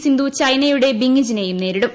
സിന്ധു ചൈനയുടെ ബിങിജിയെയും നേരിട്ടും